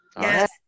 Yes